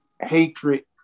hatred